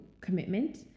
commitment